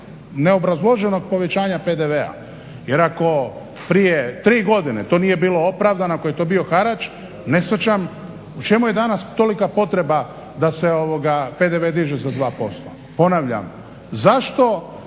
neobrazloženog povećanja PDV-a, jer ako prije tri godine to nije bilo opravdano, ako je to bio harač ne shvaćam u čemu je danas tolika potreba da se PDV diže za 2%. Ponavljam, zašto